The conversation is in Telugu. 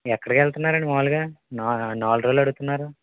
ఎక్కడికెళ్తున్నారండి మాములుగా నా నాలురోజులడుగుతున్నారు